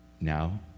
Now